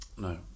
No